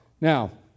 Now